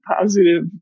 positive